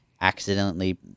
accidentally